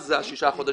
אז שישה חודשים,